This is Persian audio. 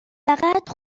فقط